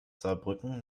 saarbrücken